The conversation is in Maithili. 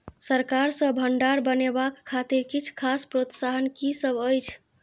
सरकार सँ भण्डार बनेवाक खातिर किछ खास प्रोत्साहन कि सब अइछ?